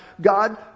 God